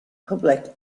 public